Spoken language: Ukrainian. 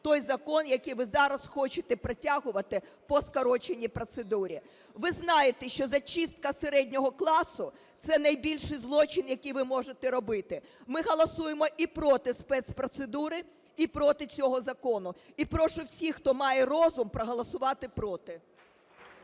той закон, який ви зараз хочете протягувати по скороченій процедурі. Ви знаєте, що зачистка середнього класу – це найбільший злочин, який ви можете робити. Ми голосуємо і проти спецпроцедури, і проти цього закону. І прошу всіх, хто має розум, проголосувати проти.